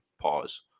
Pause